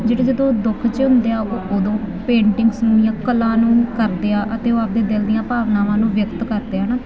ਜਿਹੜੇ ਜਦੋਂ ਦੁੱਖ 'ਚ ਹੁੰਦੇ ਆ ਉਹ ਉਦੋਂ ਪੇਂਟਿੰਗਸ ਨੂੰ ਜਾਂ ਕਲਾ ਨੂੰ ਕਰਦੇ ਆ ਅਤੇ ਉਹ ਆਪਦੇ ਦਿਲ ਦੀਆਂ ਭਾਵਨਾਵਾਂ ਨੂੰ ਵਿਅਕਤ ਕਰਦੇ ਹੈੈੈੈੈੈ ਨਾ